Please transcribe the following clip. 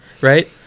Right